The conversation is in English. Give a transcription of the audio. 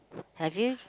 have you